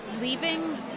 leaving